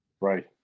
right